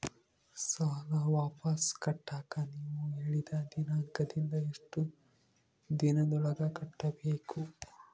ಸಾಲ ವಾಪಸ್ ಕಟ್ಟಕ ನೇವು ಹೇಳಿದ ದಿನಾಂಕದಿಂದ ಎಷ್ಟು ದಿನದೊಳಗ ಕಟ್ಟಬೇಕು?